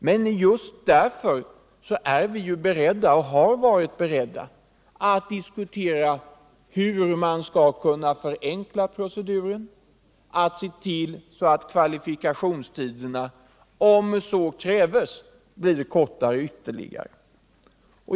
Men just därför är vi beredda och har varit beredda att diskutera hur man skall kunna förenkla proceduren och se till att kvalifikationstiderna om så krävs förkortas ytterligare.